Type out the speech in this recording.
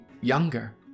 younger